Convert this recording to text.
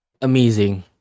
amazing